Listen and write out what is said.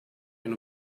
and